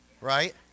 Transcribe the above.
Right